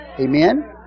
Amen